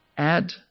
Add